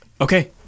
Okay